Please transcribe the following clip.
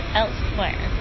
elsewhere